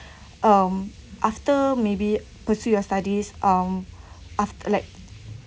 um after maybe pursue your studies um af~ like